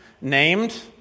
named